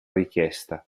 richiesta